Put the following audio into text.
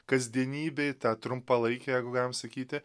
kasdienybėj ta trumpalaikė jeigu galima sakyti